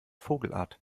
vogelart